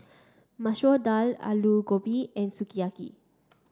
Masoor Dal Alu Gobi and Sukiyaki